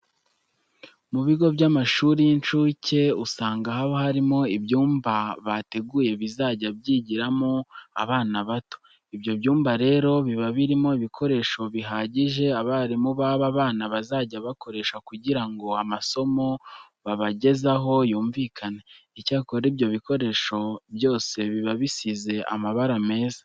Mu bigo by'amashuri y'incuke usanga haba harimo ibyumba bateguye bizajya byigiramo abana bato. Ibyo byumba rero biba birimo ibikoresho bihagije abarimu baba bana bazajya bakoresha kugira ngo amasomo babagezaho yumvikane. Icyakora ibyo bikoresho byose biba bisize amabara meza.